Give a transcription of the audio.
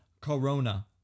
corona